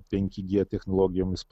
penki g technologijomis